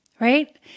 right